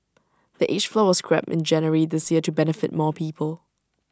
the age floor was scrapped in January this year to benefit more people